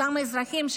אותם אזרחים,